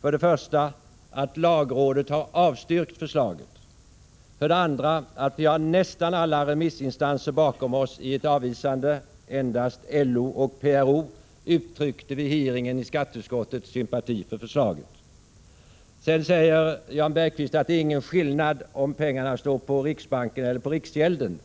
för det första att lagrådet har avstyrkt förslaget och för det andra att vi har nästan alla remissinstanser bakom oss i ett avvisande — endast LO och PRO uttryckte vid hearingen i skatteutskottet sympati för förslaget. Jan Bergqvist sade att det inte är någon skillnad om pengarna står i riksbanken eller på riksgäldskontoret.